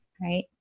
right